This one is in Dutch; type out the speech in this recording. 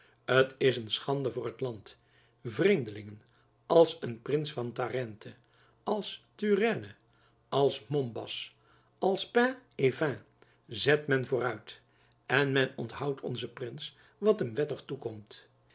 t is een schande voor het land vreemdelingen als een prins van tarente als turenne als mombas als pain et vin zet men vooruit en men onthoudt onzen prins wat hem wettig toekomt